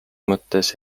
mõttes